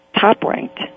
top-ranked